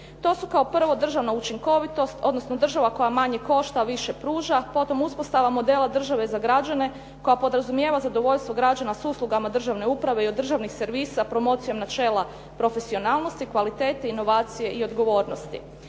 To su kao prvo državna učinkovitost, odnosno država koja manje košta, a više pruža, potom uspostava modela države za građane koja podrazumijeva zadovoljstvo građana sa uslugama državne uprave i od državnih servisa promocijom načela profesionalnosti, kvalitete, inovacije i odgovornosti.